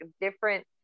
different